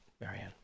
Marianne